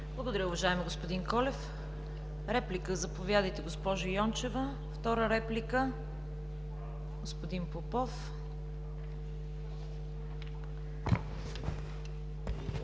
Благодаря, уважаеми господин Колев. Реплика – заповядайте, госпожо Йончева. Втора реплика – господин Попов.